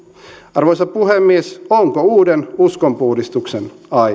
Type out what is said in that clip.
arvoisa puhemies onko uuden uskonpuhdistuksen